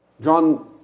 John